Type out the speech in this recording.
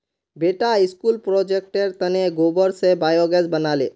बेटा स्कूल प्रोजेक्टेर तने गोबर स बायोगैस बना ले